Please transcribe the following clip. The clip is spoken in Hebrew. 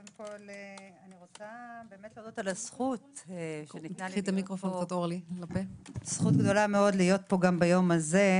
אני מודה על הזכות להיות פה גם ביום הזה.